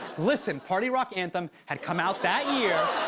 listen, party rock anthem had come out that year,